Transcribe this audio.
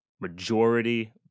majority